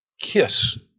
Kiss